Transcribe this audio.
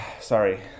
Sorry